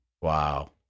wow